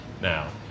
now